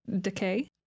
decay